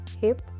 hip